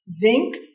Zinc